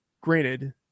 granted